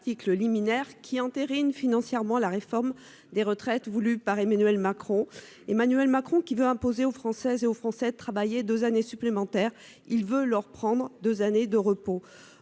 qui entérine financièrement la réforme des retraites voulue par Emmanuel Macron Emmanuel Macron qui veut imposer aux Françaises et aux Français de travailler deux années supplémentaires. Il veut leur prendre 2 années de repos